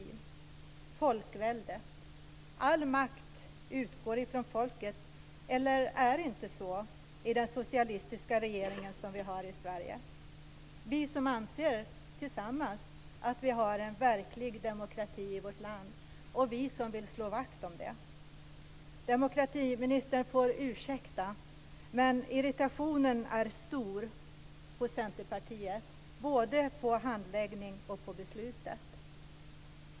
Det ska vara folkvälde, och all makt ska utgå från folket, eller är det inte så i den socialistiska regeringen som vi har i Sverige? Vi anser att vi har en verklig demokrati i vårt land, och vi vill slå vakt om den. Demokratiministern får ursäkta, men irritationen är stor hos Centerpartiet både över handläggningen och över beslutet.